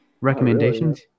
recommendations